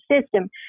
system